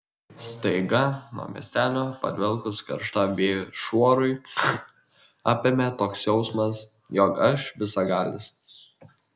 staiga nuo miestelio padvelkus karštam vėjo šuorui apėmė toks jausmas jog aš visagalis